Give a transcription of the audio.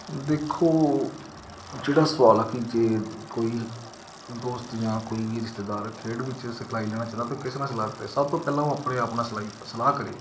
ਦੇਖੋ ਜਿਹੜਾ ਸਵਾਲ ਆ ਕਿ ਜੇ ਕੋਈ ਦੋਸਤ ਜਾਂ ਕੋਈ ਵੀ ਰਿਸ਼ਤੇਦਾਰ ਖੇਡ ਵਿੱਚ ਸਿਖਲਾਈ ਲੈਣਾ ਚਾਹੁੰਦਾ ਤਾਂ ਕਿਸ ਨਾਲ ਸਲਾਹ ਕਰੇ ਸਭ ਤੋਂ ਪਹਿਲਾਂ ਉਹ ਆਪਣੇ ਆਪ ਨਾਲ ਸਲਾਈ ਸਲਾਹ ਕਰੇ